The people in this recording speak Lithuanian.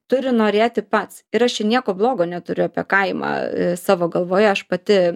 turi norėti pats ir aš čia nieko blogo neturiu apie kaimą savo galvoje aš pati